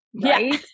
right